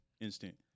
instant